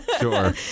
sure